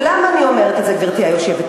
ולמה אני אומרת את זה, גברתי היושבת-ראש?